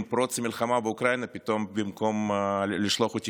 עם פרוץ המלחמה באוקראינה פתאום במקום לשלוח אותי